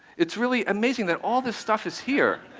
it's really amazing that all this stuff is here.